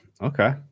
Okay